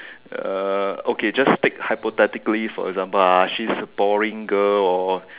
uh okay just speak hypothetically for example ah she is a boring girl or